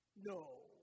No